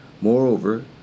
Moreover